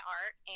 art